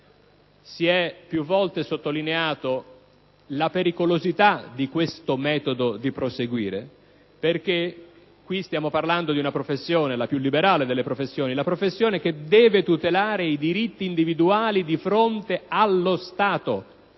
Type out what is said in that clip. Si è più volte sottolineata la pericolosità di questo metodo di proseguire. Stiamo, infatti, parlando di una professione - la più liberale delle professioni - che deve tutelare i diritti individuali di fronte allo Stato,